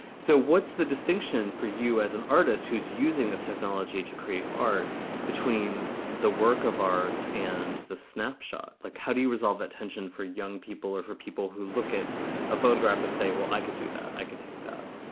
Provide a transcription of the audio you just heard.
so what's the distinction for you as an artist who's using this technology to create art between the work of art and the snapshot, like how to resolve that tension for young people or for people who look at a photograph and say, well, i could do that, i could take that